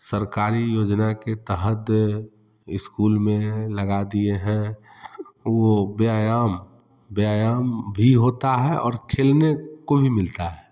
सरकारी योजना के तहत इस्कूल में लगा दिए हैं वह व्यायाम व्यायाम भी होता है और खेलने को भी मिलता है